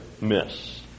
miss